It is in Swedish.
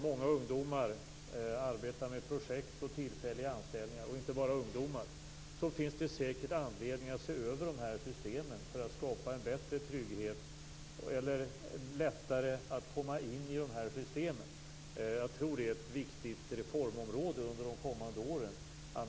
Många ungdomar arbetar i projekt och med tillfälliga anställningar. Det gäller inte bara ungdomar. Det finns säkert anledning att se över systemen för att skapa bättre trygghet eller för att göra det lättare att komma in i systemen. Det är ett viktigt reformområde under de kommande åren.